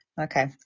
Okay